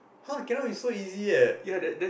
!huh! cannot be so easy yet